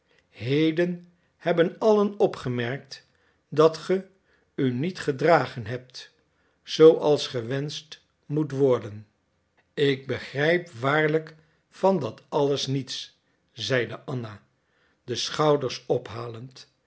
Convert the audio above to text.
maakte heden hebben allen opgemerkt dat ge u niet gedragen hebt zooals gewenscht moet worden ik begrijp waarlijk van dat alles niets zeide anna de schouders ophalend